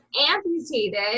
amputated